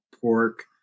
pork